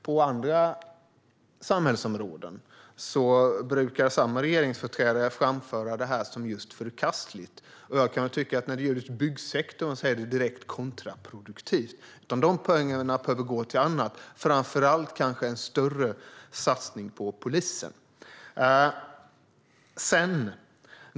På andra samhällsområden brukar samma regeringsföreträdare framföra detta som förkastligt, och jag kan tycka att det är direkt kontraproduktivt när det gäller just byggsektorn. Dessa pengar behöver gå till annat, framför allt kanske till en större satsning på polisen.